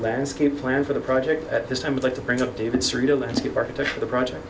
landscape plan for the project at this time would like to bring up david surrealistic of architecture the project